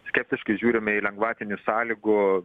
skeptiškai žiūrime į lengvatinių sąlygų